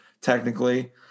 technically